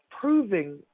proving